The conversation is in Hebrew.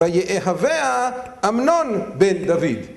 ויאהבה אמנון בן דוד.